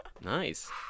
Nice